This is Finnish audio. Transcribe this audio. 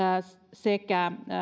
sekä